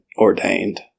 ordained